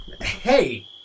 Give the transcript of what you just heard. Hey